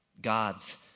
God's